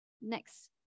Next